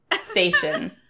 station